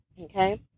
okay